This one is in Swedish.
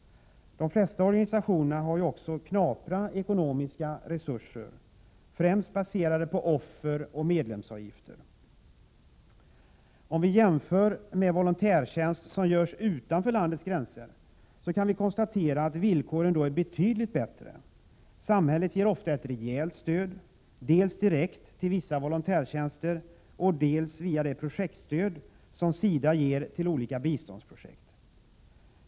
De flesta organisationerna har ju också små ekonomiska resurser, vilka främst är baserade på offer och medlemsavgifter. Vid en jämförelse med volontärtjänst som utförs utanför landets gränser kan konstateras att villkoren då är betydligt bättre. Samhället ger ofta ett rejält stöd, dels direkt till vissa volontärtjänster, dels via det projektstöd som SIDA ger till olika biståndsprojekt.